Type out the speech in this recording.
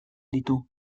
ditu